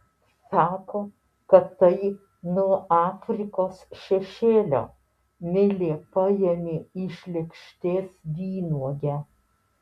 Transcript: sako kad tai nuo afrikos šešėlio milė paėmė iš lėkštės vynuogę